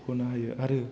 बख'नो हायो आरो